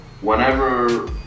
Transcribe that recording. whenever